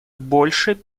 больше